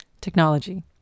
technology